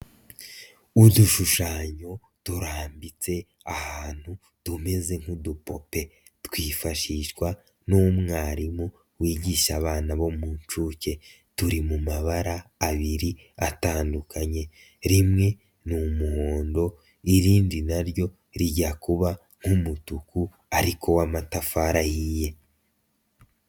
Udushushanyo turambitse ahantu tumeze nk'udupupe twifashishwa n'umwarimu wigisha abana bo mu nshuke turi mu mabara abiri atandukanye, rimwe n'umuhondo irindi naryo rijya kuba nk'umutuku ariko w'amatafari ahiye.